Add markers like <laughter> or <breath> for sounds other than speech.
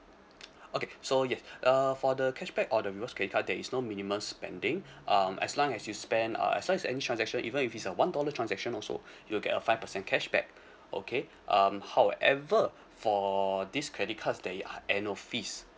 <noise> okay so yes uh for the cashback or the rewards credit card there is no minimum spending um as long as you spend uh as long as any transaction even if it's a one dollar transaction also <breath> you'll get a five percent cashback okay um however for this credit card there are annual fees